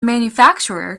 manufacturer